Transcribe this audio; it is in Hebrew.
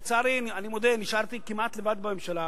לצערי, אני מודה, נשארתי כמעט לבד בממשלה,